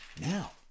Now